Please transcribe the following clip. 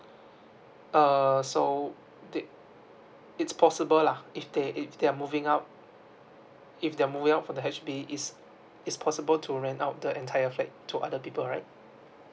err so it's possible lah if they if they are moving out if they are moving out from the H_D_B it's possible to rent out the entire flat to other people right